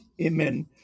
Amen